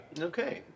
Okay